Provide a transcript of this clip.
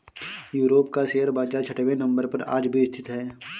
Europe का share बाजार छठवें नम्बर पर आज भी स्थित है